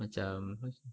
macam what's